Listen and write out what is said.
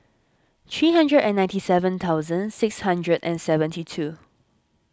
three hundred and ninety seven thousand six hundred and seventy two